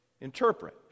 interpret